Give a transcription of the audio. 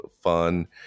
fun